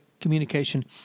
communication